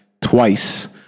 twice